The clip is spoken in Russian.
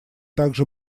также